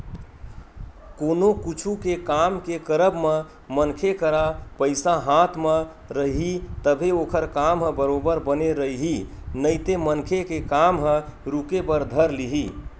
कोनो कुछु के काम के करब म मनखे करा पइसा हाथ म रइही तभे ओखर काम ह बरोबर बने रइही नइते मनखे के काम ह रुके बर धर लिही